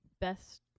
best